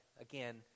Again